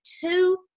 two